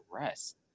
rest